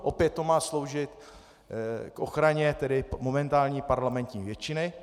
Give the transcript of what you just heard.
Opět to má sloužit k ochraně momentální parlamentní většiny.